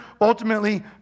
ultimately